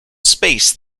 space